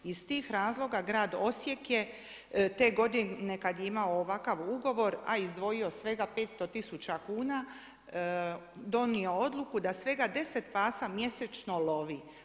Iz tih razloga grad Osijek je te godine kad je imao ovakav ugovor, a izdvojio svega 500000 kuna, donio odluku, da svega 10 pasa mjesečno lovi.